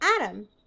Adam